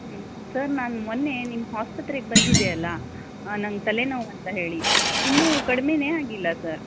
sir ನಾನು ಮೊನ್ನೆ ನಿಮ್ಮ ಆಸ್ಪತ್ರೆಗೆ ಬಂದಿದ್ದೆ ಅಲ್ವ ನನಗೆ ತಲೆನೋವು ಅಂತ ಹೇಳಿ ಇನ್ನೂ ಕಡಿಮೆಯೇ ಆಗಿಲ್ಲ ಸರ್